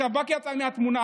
השב"כ יצא מהתמונה.